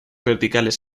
verticales